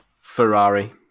Ferrari